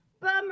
bummer